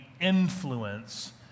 influence